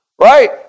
Right